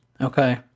Okay